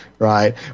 Right